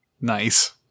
Nice